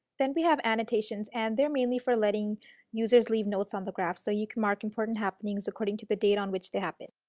then we have annotations. and they are mainly for letting users leave notes on the graphs so you can mark important happenings according to the date on which they happen.